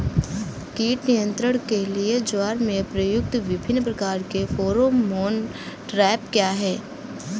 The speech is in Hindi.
कीट नियंत्रण के लिए ज्वार में प्रयुक्त विभिन्न प्रकार के फेरोमोन ट्रैप क्या है?